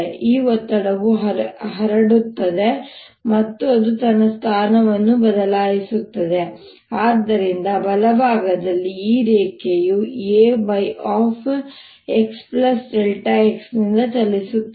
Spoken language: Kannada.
ಈ ಒತ್ತಡವು ಹರಡುತ್ತದೆ ಮತ್ತು ಅದು ತನ್ನ ಸ್ಥಾನವನ್ನು ಬದಲಾಯಿಸುತ್ತದೆ ಆದ್ದರಿಂದ ಬಲಭಾಗದಲ್ಲಿ ಈ ರೇಖೆಯು Ay x x ನಿಂದ ಚಲಿಸುತ್ತದೆ